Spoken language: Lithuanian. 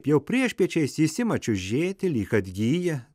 jau priešpiečiais jis ima čiūžėti lyg atgyja